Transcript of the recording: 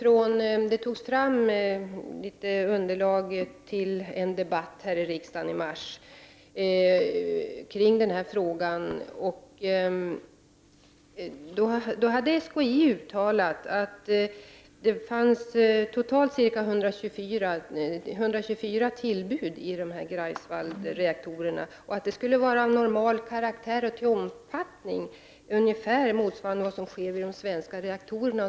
Inför debatten i riksdagen i mars om denna fråga hade SKI uttalat att det totalt förekommit ca 124 tillbud i Greifswaldsreaktorerna och att de var av normal karaktär och till omfattning ungefär motsvarande vad som sker i de svenska reaktorerna.